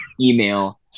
email